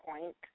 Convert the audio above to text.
point